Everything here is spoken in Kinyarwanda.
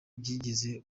byigeze